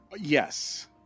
Yes